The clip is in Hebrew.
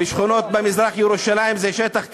בשכונות במזרח-ירושלים, זה שטח כבוש,